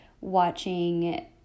watching